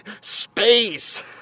space